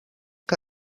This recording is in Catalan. que